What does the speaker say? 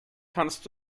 kannst